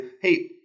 hey